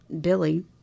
Billy